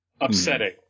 upsetting